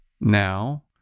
Now